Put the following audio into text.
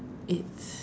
it's